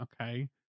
Okay